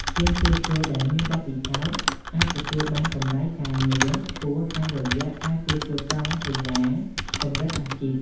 ជាងជួសជុលដែលមានបទពិសោធន៍អាចទទួលបានកម្រៃការងារខ្ពស់តាមរយៈការជួសជុលកង់កីឡាកម្រិតអាជីព។